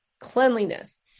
cleanliness